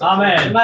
Amen